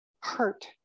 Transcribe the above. hurt